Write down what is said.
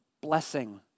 blessing